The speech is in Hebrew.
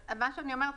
אז מה שאני אומרת,